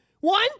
one